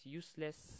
useless